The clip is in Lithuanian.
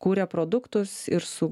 kuria produktus ir su